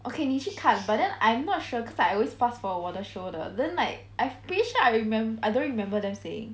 okay 你去看 but then I'm not sure because I always forward 我的 show 的 then like I'm pretty sure I remem~ I don't remember them saying